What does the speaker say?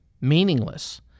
meaningless